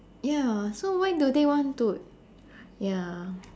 ya so why do they want to ya